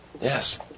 Yes